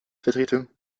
vertretung